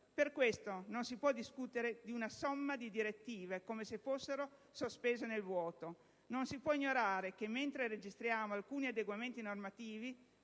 Per questo, non si può discutere di una somma di direttive come se fossero sospese nel vuoto. Non si può ignorare che, mentre registriamo alcuni adeguamenti normativi,